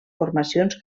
formacions